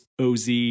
Oz